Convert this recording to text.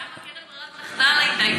גם קרן ברירת המחדל הייתה התערבות,